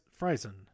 Friesen